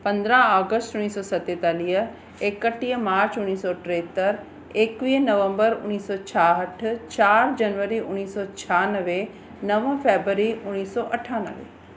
पंद्रहं अगस्त उणिवीह सौ सतेतालीह इकटीह मार्च उणिवीह सौ टेहतरि इकवीह नवंबर उणिवीह सौ छाहठि चारि जनवरी उणिवीह सौ छियानवे नव फेबररी उणिवीह सौ अठानवे